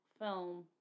film